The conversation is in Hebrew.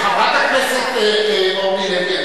חברת הכנסת אורלי לוי,